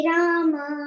Rama